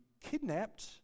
kidnapped